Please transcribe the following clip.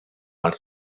els